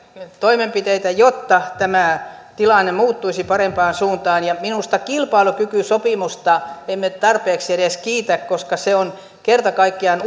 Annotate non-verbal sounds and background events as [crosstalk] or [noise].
toimenpiteitä jotta tämä tilanne muuttuisi parempaan suuntaan minusta kilpailukykysopimusta emme tarpeeksi edes kiitä se on kerta kaikkiaan [unintelligible]